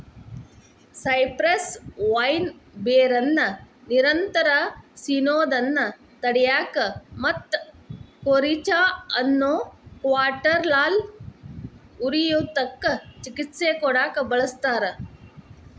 cypress vine ಬೇರನ್ನ ನಿರಂತರ ಸಿನೋದನ್ನ ತಡ್ಯಾಕ ಮತ್ತ ಕೋರಿಜಾ ಅನ್ನೋ ಕ್ಯಾಟರಾಲ್ ಉರಿಯೂತಕ್ಕ ಚಿಕಿತ್ಸೆ ಕೊಡಾಕ ಬಳಸ್ತಾರ